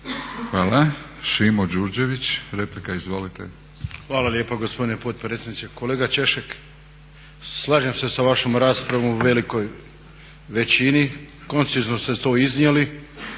Izvolite. **Đurđević, Šimo (HDZ)** Hvala lijepo gospodine potpredsjedniče. Kolega Češek, slažem se sa vašom raspravom u velikoj većini. Koncizno ste to iznijeli